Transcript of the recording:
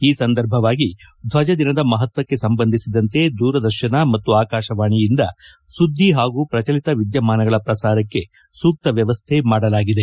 ಈ ಸಂದರ್ಭದಲ್ಲಿ ದ್ವಜ ದಿನದ ಮಹತ್ವಕ್ಕೆ ಸಂಬಂಧಿಸಿದಂತೆ ದೂರದರ್ಶನ ಮತ್ತು ಆಕಾಶವಾಣಿಯಿಂದ ಸುದ್ವಿ ಹಾಗೂ ಪ್ರಚಲಿತ ವಿದ್ಯಮಾನಗಳ ಪ್ರಸಾರಕ್ಕೆ ಸೂಕ್ತ ವ್ಯವಸ್ಥೆ ಮಾಡಲಾಗಿದೆ